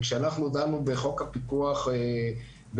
כשאנחנו דנו בחוק הפיקוח ב-2011,